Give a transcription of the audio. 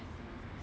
all